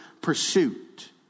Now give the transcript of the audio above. pursuit